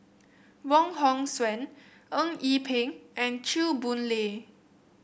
Wong Hong Suen Eng Yee Peng and Chew Boon Lay